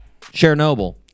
Chernobyl